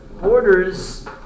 borders